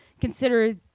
consider